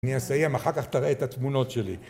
אני אסיים, אחר כך תראה את התמונות שלי